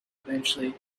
eventually